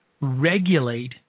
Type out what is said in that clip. regulate